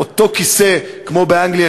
אותו כיסא מאנגליה,